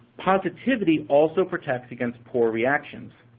positivity also protects against poor reactions.